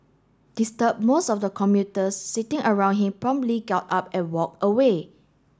disturbed most of the commuters sitting around him promptly got up and walked away